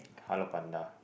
Hello Panda